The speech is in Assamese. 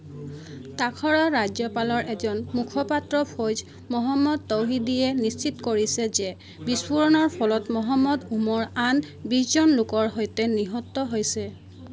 তাখৰৰ ৰাজ্যপালৰ এজন মুখপাত্ৰ ফৈজ মহম্মদ তৌহিদীয়ে নিশ্চিত কৰিছে যে বিস্ফোৰণৰ ফলত মহম্মদ ওমৰ আন বিছজনলোকৰ সৈতে নিহত হৈছে